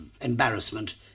embarrassment